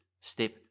step